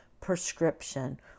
prescription